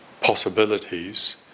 possibilities